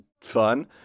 fun